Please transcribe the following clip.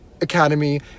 academy